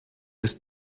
ist